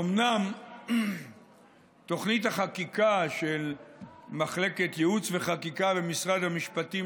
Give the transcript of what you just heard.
אומנם תוכנית החקיקה של מחלקת ייעוץ וחקיקה במשרד המשפטים